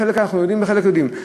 בחלק אנחנו יודעים ובחלק לא יודעים.